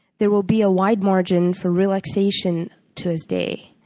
there will be a wide margin for relaxation to his day.